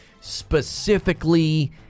specifically